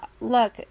look